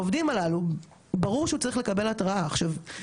איך רשות האוכלוסין מתקשרת עם העובדים הזרים,